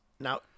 Now